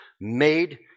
made